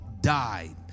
died